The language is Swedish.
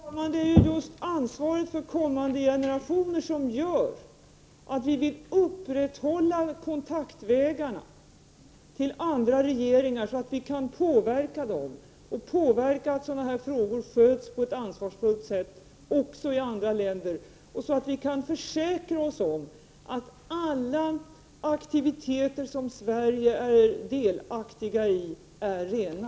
Fru talman! Det är just ansvaret för kommande generationer som gör att vi vill upprätthålla kontaktvägarna till andra regeringar, så att vi kan arbeta för att sådana här frågor sköts på ett ansvarsfullt sätt också i andra länder och så att vi kan försäkra oss om att alla aktiviteter som Sverige är delaktigt i är rena.